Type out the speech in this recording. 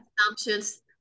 assumptions